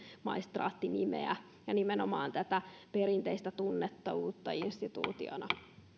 maistraatti nimeä ja nimenomaan tätä perinteistä tunnetta uutena instituutiona